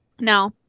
No